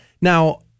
Now